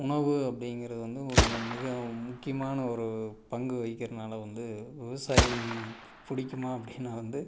உணவு அப்படிங்கிறது வந்து ஒரு மிக முக்கியமான ஒரு பங்கு வகிக்கிறதனால வந்து விவசாயம் பிடிக்குமா அப்படின்னா வந்து